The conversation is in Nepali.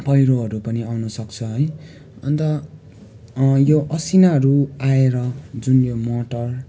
पहिरोहरू पनि आउनसक्छ है अन्त यो असिनाहरू आएर जुन यो मटर